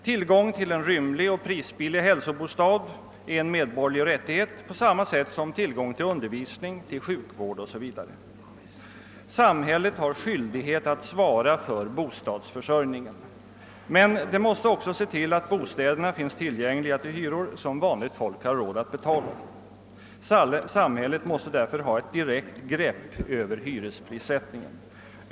Tillgång till en rymlig och prisbillig hälsobostad är en medborgerlig rättighet på samma sätt som tillgång till undervisning, till sjukvård o. s. v. Samhället har skyldighet att svara för bostadsförsörjningen. Men samhället måste också se till att bostäderna finns tillgängliga till hyror som vanligt folk har råd att betala. Samhället måste därför ha ett direkt grepp över hyresprissättningen.